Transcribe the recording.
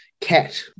cat